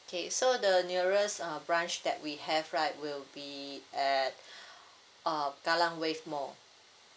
K so the nearest uh branch that we have right will be at uh kallang wave mall